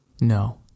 No